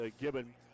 gibbon